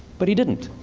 but he didn't.